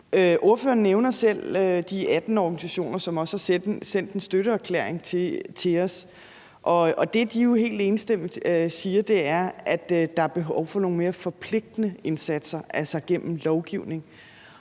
Ordføreren nævner selv de 18 organisationer, som også har sendt en støtteerklæring til os. Og det, de jo helt enstemmigt siger, er, at der er behov for nogle mere forpligtende indsatser, altså gennem lovgivning.